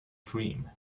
dream